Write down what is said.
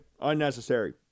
Unnecessary